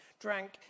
drank